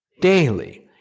daily